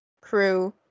crew